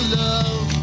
love